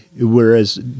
whereas